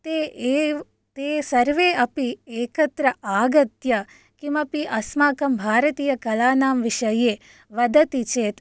ते एव ते सर्वे अपि एकत्र आगत्य किमपि अस्माकं भारतीयकलानां विषये वदति चेत्